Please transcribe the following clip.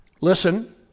listen